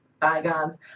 Bygones